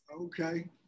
Okay